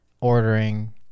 ordering